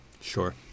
Sure